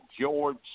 George